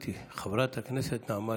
חברת הכנסת נעמה